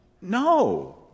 no